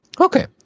Okay